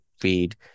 feed